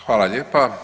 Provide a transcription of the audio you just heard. Hvala lijepa.